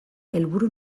helburu